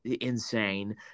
insane